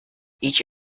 each